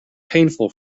painful